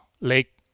Lake